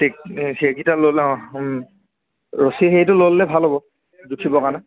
টে সেইকেইটা ল'লে অঁ ৰছী হেৰিটো লৈ ল'লে ভাল হ'ব জুখিবৰ কাৰণে